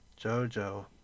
JoJo